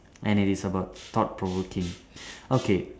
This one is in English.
and it is about thought provoking okay